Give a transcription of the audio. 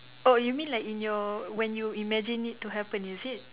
oh you mean like in your when you imagine it to happen is it